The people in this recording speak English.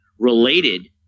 related